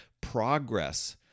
Progress